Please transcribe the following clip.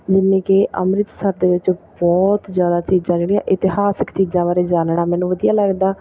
ਜਿਵੇਂ ਕਿ ਅੰਮ੍ਰਿਤਸਰ ਦੇ ਵਿੱਚ ਬਹੁਤ ਜ਼ਿਆਦਾ ਚੀਜ਼ਾਂ ਜਿਹੜੀਆਂ ਇਤਿਹਾਸਿਕ ਚੀਜ਼ਾਂ ਬਾਰੇ ਜਾਣਨਾ ਮੈਨੂੰ ਵਧੀਆ ਲੱਗਦਾ